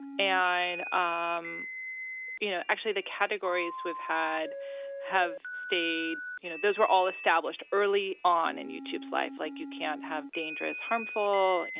and, um you know, actually the categories we've had have stayed. you know, those were all established early on in youtube's life. like, you can't have dangerous, harmful, you